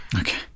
okay